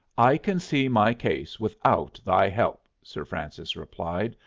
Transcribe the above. i can see my case without thy help, sir francis replied.